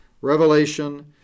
revelation